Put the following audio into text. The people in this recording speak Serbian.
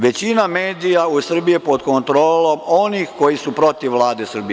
Većina medija u Srbiji je pod kontrolom onih koji su protiv Vlade Srbije.